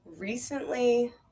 Recently